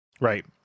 Right